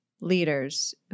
leaders